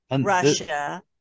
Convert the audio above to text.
Russia